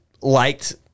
liked